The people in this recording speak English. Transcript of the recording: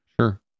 sure